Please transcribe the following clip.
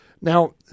Now